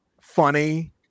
funny